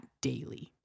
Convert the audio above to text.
daily